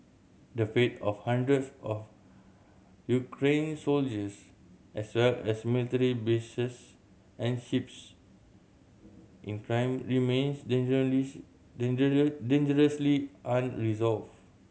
the fate of hundreds of Ukrainian soldiers as well as military bases and ships in Crimea remains dangerously unresolved